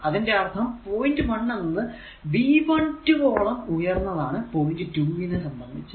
അതിന്റെ അർഥം പോയിന്റ് 1 എന്നത് V12 ഓളം ഉയർന്നാണ് പോയിന്റ് 2 നെ സംബന്ധിച്ചു